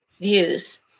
views